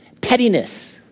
pettiness